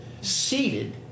Seated